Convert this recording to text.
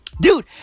Dude